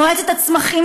מועצת הצמחים,